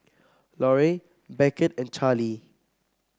Larue Beckett and Charley